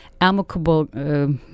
amicable